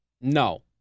No